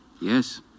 yes